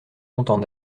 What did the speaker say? longtemps